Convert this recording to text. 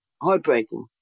heartbreaking